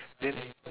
then